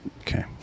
Okay